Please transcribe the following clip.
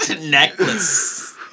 necklace